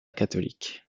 catholique